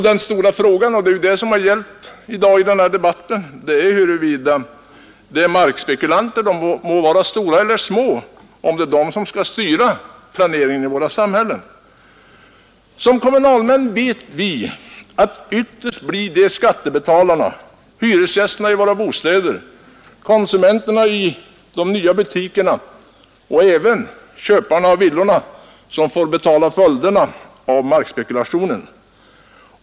Den stora frågan, som ju debatten här i dag gällt, är huruvida markspekulanter — de må vara stora eller små — skall styra planeringen i våra samhällen. Som kommunalmän vet vi att ytterst blir det skattebetalarna, hyresgästerna i våra bostäder, konsumenterna i de nya butikerna och även köparna av villorna som får betala följderna av markspekulationen.